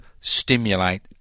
stimulate